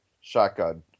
shotgun